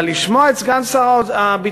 אבל לשמוע את סגן שר הביטחון,